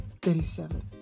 37